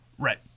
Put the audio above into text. Right